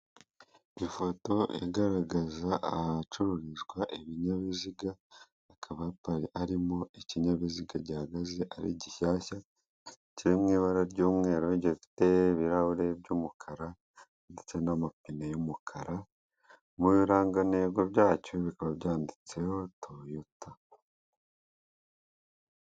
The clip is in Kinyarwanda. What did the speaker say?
Ifoto igaragaza ahacururizwa ibinyabiziga, harimo ikinyabiziga gishyashya gihagaze, kiri mu ibara ry’umweru, gifite ibirahure by’umukara ndetse n’amapine y’umukara. Mu birango byacyo, handitseho "Toyota."